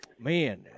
man